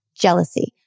jealousy